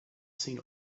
seen